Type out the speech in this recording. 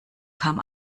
kam